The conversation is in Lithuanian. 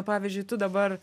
pavyzdžiui tu dabar